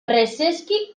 preseski